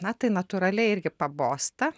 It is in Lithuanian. na tai natūraliai irgi pabosta